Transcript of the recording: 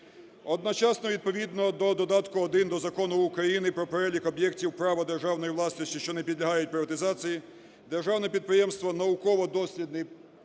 Одночасно відповідно до Додатку 1 до Закону України "Про перелік об'єктів права державної власності, що не підлягають приватизації" Державне підприємство "Науково-дослідний (прошу